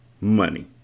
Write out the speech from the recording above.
Money